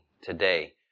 today